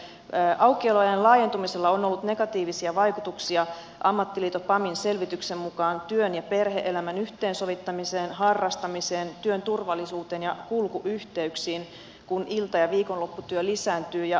aukiolojen laajentumisella on ollut negatiivisia vaikutuksia ammattiliitto pamin selvityksen mukaan työn ja perhe elämän yhteensovittamiseen harrastamiseen työn turvallisuuteen ja kulkuyhteyksiin kun ilta ja viikonlopputyö lisääntyy